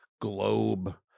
globe